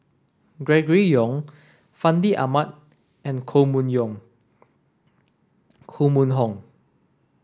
Gregory Yong Fandi Ahmad and Koh Mun Hong